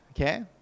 Okay